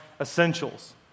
Essentials